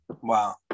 Wow